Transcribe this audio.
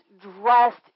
dressed